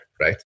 right